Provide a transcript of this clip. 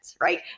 right